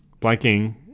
blanking